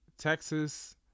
Texas